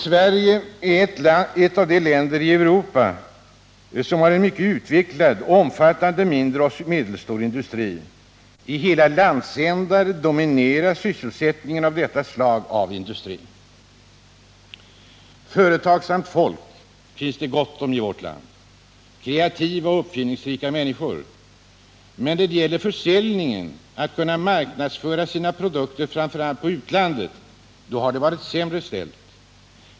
Sverige är ett av de länder i Europa som har en mycket utvecklad och omfattande mindre och medelstor industri. I hela landsändar domineras sysselsättningen av detta slag av industri. Företagsamt folk finns det gott om i vårt land — kreativa och uppfinningsrika människor. Men då det gäller försäljningen — att kunna marknadsföra sina produkter, framför allt på utlaadet — har det varit sämre ställt.